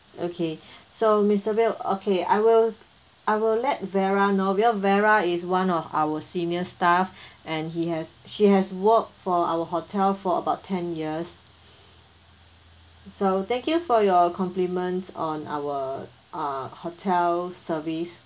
okay so mister bill okay I will I will let vera know well vera is one of our senior staff and he has she has worked for our hotel for about ten years so thank you for your compliments on our uh hotel service